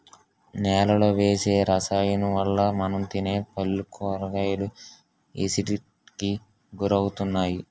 నేలలో వేసే రసాయనాలవల్ల మనం తినే పళ్ళు, కూరగాయలు ఎసిడిటీకి గురవుతున్నాయి